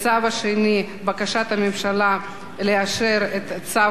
בקשת הממשלה לאשר את צו מס ערך מוסף